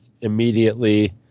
immediately